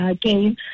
game